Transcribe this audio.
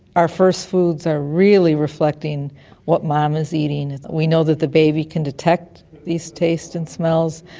our first foods are really reflecting what mama's eating. we know that the baby can detect these tastes and smells,